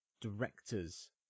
director's